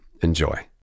Enjoy